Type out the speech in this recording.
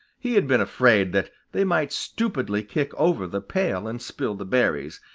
he had been afraid that they might stupidly kick over the pail and spill the berries,